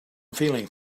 feeling